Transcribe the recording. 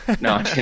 No